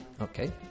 Okay